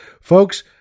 Folks